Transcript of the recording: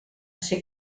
ser